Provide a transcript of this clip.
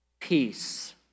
peace